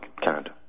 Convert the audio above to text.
Canada